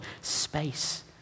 space